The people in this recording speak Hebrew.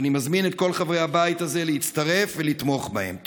ואני מזמין את כל חברי הבית הזה להצטרף ולתמוך בהם.